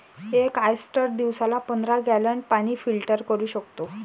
एक ऑयस्टर दिवसाला पंधरा गॅलन पाणी फिल्टर करू शकतो